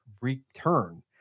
return